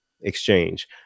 Exchange